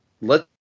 lets